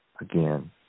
again